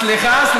סליחה?